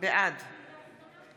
בעד